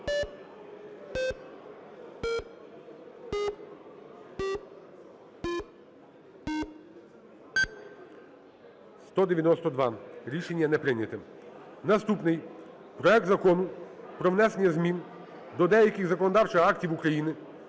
За-192 Рішення не прийнято. Наступний. Проект Закону про внесення змін до деяких законодавчих актів України